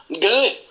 Good